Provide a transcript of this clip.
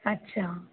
अच्छा